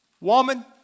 Woman